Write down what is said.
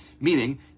meaning